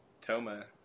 Toma